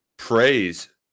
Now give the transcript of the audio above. praise